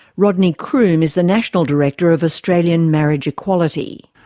rodney croome is the national director of australian marriage equality.